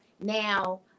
Now